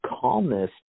calmness